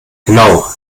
genau